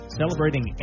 celebrating